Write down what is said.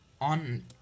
on